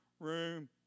room